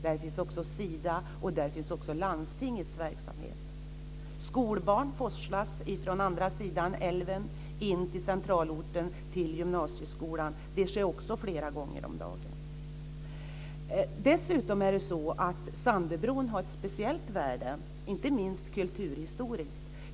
Där finns också Sidas och landstingets verksamheter. Skolbarn forslas från andra sidan älven in till centralorten till gymnasieskolan. Det sker också flera gånger om dagen. Dessutom har Sandöbron ett speciellt värde, inte minst kulturhistoriskt.